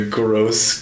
gross